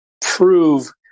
prove